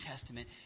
Testament